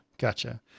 Gotcha